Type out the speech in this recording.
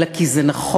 אלא כי זה נכון,